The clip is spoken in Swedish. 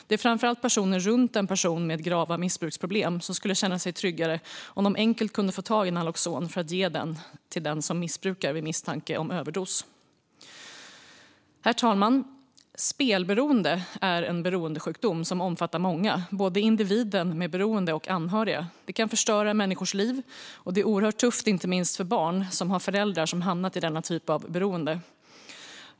Det är framför allt personer runt en person med grava missbruksproblem som skulle känna sig tryggare om de enkelt kunde få tag i Naloxon för att ge till den som missbrukar vid misstanke om överdos. Herr talman! Spelberoende är en beroendesjukdom som omfattar många, både individen med beroende och anhöriga. Det kan förstöra människors liv, och det är oerhört tufft inte minst för barn som har föräldrar som har hamnat i denna typ av beroende.